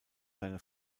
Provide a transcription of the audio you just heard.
seine